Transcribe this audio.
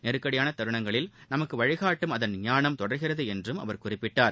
நெருக்கடியான தருணங்களில் நமக்கு வழிகாட்டும் அதன் ஞானம் தொடர்கிறது என்றும் அவர் குறிப்பிட்டார்